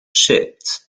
shipped